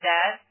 Dad